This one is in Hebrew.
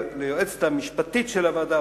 ליועצת המשפטית של הוועדה,